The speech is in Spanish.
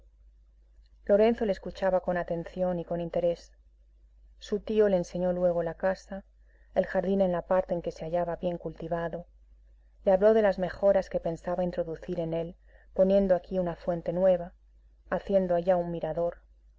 lorenzo le escuchaba con atención y con interés su tío le enseñó luego la casa el jardín en la parte en que se hallaba bien cultivado le habló de las mejoras que pensaba introducir en él poniendo aquí una fuente nueva haciendo allá un mirador